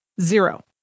Zero